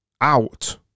out